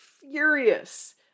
furious